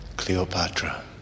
Cleopatra